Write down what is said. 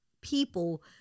people